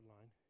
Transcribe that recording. line